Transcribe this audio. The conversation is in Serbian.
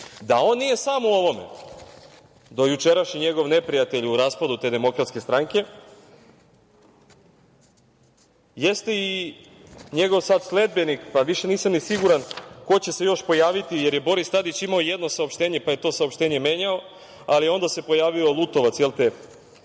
on nije sam u ovome, dojučerašnji njegov neprijatelj u raspadu te DS jeste i njegov sada sledbenik, pa više nisam ni siguran ko će se još pojaviti, jer je Boris Tadić imao jedno saopštenje, pa je to saopštenje menjao, ali onda se pojavio Lutovac, plaćenik